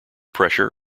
pressure